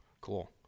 Cool